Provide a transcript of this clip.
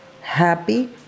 happy